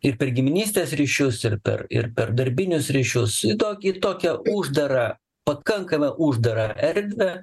ir per giminystės ryšius ir per ir per darbinius ryšius į tokį tokią uždarą pakankamai uždarą erdvę